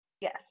Yes